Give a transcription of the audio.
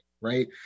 right